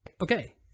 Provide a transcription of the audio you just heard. okay